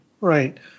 Right